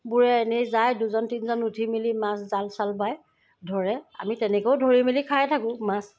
বোৰে এনেই যায় দুজন তিনজন উঠি মিলি মাছ জাল চাল বায় ধৰে আমি তেনেকৈও ধৰি মেলি খাই থাকোঁ মাছ